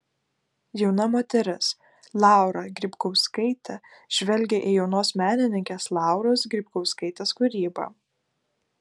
jauna moteris laura grybkauskaitė žvelgia į jaunos menininkės lauros grybkauskaitės kūrybą